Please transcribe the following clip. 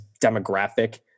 demographic